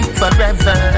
forever